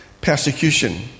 persecution